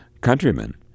countrymen